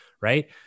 Right